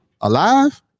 Alive